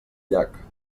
llac